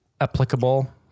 applicable